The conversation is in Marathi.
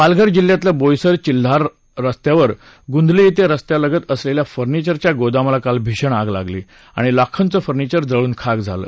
पालघर जिल्ह्यातल्या बोईसर चिल्हार रस्त्यावर गुंदले इथं रस्त्यालगत असलेल्या फर्निचर च्या गोदामात काल भीषण आग लागली आणि लाखोंचं फर्निचर जळून खाक झालं